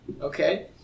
Okay